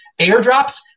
airdrops